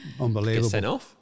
Unbelievable